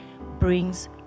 brings